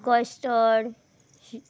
custard